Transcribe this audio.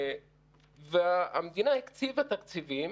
והמדינה הקציבה תקציבים.